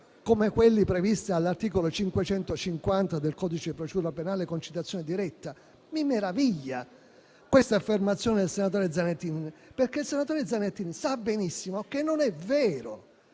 come quelli previsti dall'articolo 550 del codice procedura penale con citazione diretta. Mi meraviglia questa affermazione del senatore Zanettin. Il senatore Zanettin sa benissimo che non è vero.